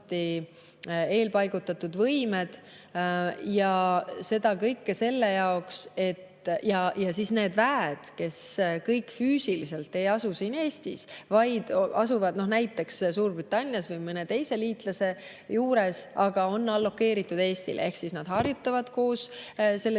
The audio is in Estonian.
eelpaigutatud võimed. Ja siis on veel need väed, mis füüsiliselt ei asu siin Eestis, vaid asuvad näiteks Suurbritannias või mõne teise liitlase juures, aga on allokeeritud Eestile ehk nad harjutavad koos selle